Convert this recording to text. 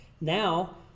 Now